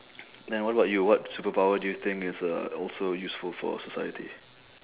then what about you what superpower do you think is uh also useful for society